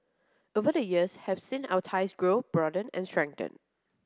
over the years have seen our ties grow broaden and strengthen